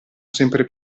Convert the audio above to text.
sempre